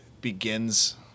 begins